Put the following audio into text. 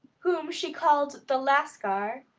whom she called the lascar,